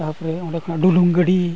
ᱛᱟᱨᱯᱚᱨᱮ ᱚᱸᱰᱮ ᱠᱷᱚᱱᱟᱜ ᱰᱩᱞᱩᱝ ᱜᱟᱹᱰᱤ